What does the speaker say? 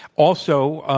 also,